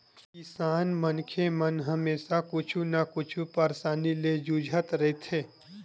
किसान मनखे मन हमेसा कुछु न कुछु परसानी ले जुझत रहिथे